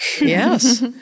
Yes